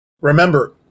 Remember